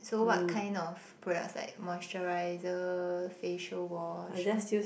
so what kind of products like moisturizer facial wash all